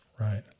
Right